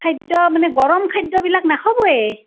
খাদ্য মানে গৰম খাদ্যবিলাক নাখাবয়ে